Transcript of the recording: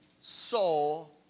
soul